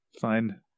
Fine